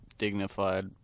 Dignified